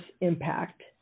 impact